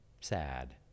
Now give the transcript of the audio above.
sad